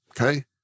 Okay